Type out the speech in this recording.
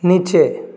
নিচে